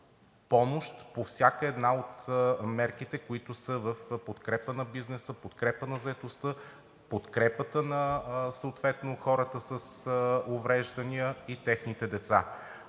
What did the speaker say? помощ по всяка една от мерките, които са в подкрепа на бизнеса, в подкрепа на заетостта, съответно подкрепата на хората с увреждания и техните деца.